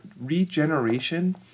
regeneration